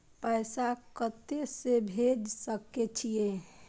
पैसा कते से भेज सके छिए?